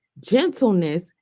gentleness